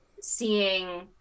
seeing